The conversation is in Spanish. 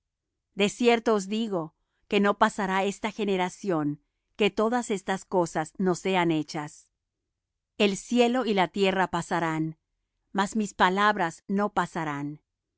cierto os digo que no pasará esta generación que todas estas cosas no sean hechas el cielo y la tierra pasarán mas mis palabras no pasarán